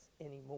anymore